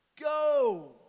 go